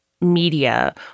media